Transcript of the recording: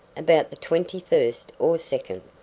about the twenty-first or second.